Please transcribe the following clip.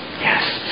Yes